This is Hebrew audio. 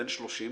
בן 30,